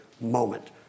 moment